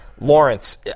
Lawrence